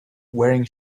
wearing